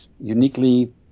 uniquely